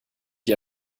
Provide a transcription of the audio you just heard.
die